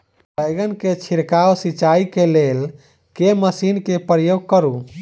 बैंगन केँ छिड़काव सिचाई केँ लेल केँ मशीन केँ प्रयोग करू?